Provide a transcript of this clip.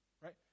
right